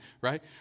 right